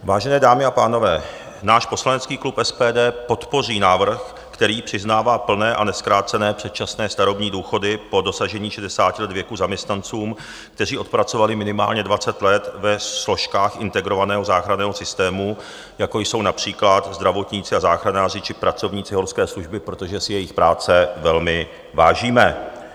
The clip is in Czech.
Vážené dámy a pánové, náš poslanecký klub SPD podpoří návrh, který přiznává plné a nezkrácené předčasné starobní důchody po dosažení 60 let věku zaměstnancům, kteří odpracovali minimálně 20 let ve složkách integrovaného záchranného systému, jako jsou například zdravotníci a záchranáři či pracovníci horské služby, protože si jejich práce velmi vážíme.